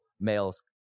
male's